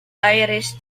irish